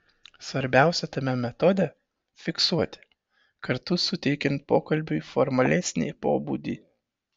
svarbiausia tame metode fiksuoti kartu suteikiant pokalbiui formalesnį pobūdį